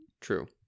True